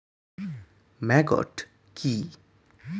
Maggot কি?